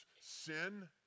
sin